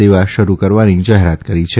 સેવા શરૂ કરવાની જાહેરાત કરી છે